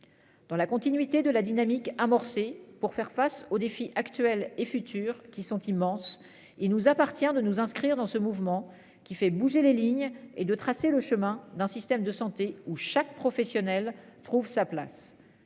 Dans la continuité de la dynamique amorcée pour faire face aux défis actuels et futurs qui sont immenses, il nous appartient de nous inscrire dans ce mouvement qui fait bouger les lignes et de tracer le chemin d'un système de santé ou chaque professionnel trouve sa place.